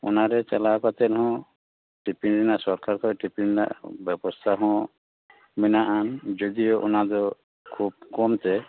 ᱚᱱᱟ ᱨᱮ ᱪᱟᱞᱟᱣ ᱠᱟᱛᱮ ᱦᱚᱸ ᱴᱤᱯᱤᱱ ᱨᱮᱱᱟᱜ ᱥᱚᱨᱠᱟᱨ ᱠᱷᱚᱡ ᱴᱤᱯᱤᱱ ᱨᱮᱱᱟᱜ ᱵᱮᱵᱚᱥᱛᱟ ᱦᱚᱸ ᱢᱮᱱᱟᱜᱼᱟᱱ ᱡᱩᱫᱤᱭᱳ ᱚᱱᱟ ᱫᱚ ᱠᱷᱩᱵᱽ ᱠᱚᱢ ᱛᱮ